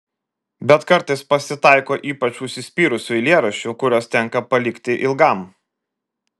bet kartais pasitaiko ypač užsispyrusių eilėraščių kuriuos tenka palikti ilgam